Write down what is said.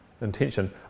intention